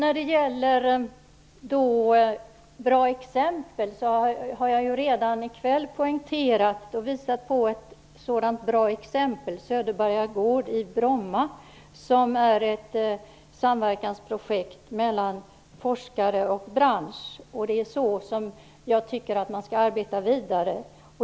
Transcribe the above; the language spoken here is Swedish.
Vad gäller bra exempel har jag redan i kväll visat på ett sådant, nämligen Söderberga gård i Bromma, som är ett samverkansprojekt mellan forskare och bransch. Det är på det sättet jag tycker att man skall arbeta vidare.